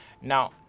Now